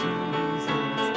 Jesus